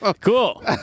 cool